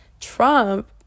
Trump